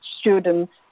students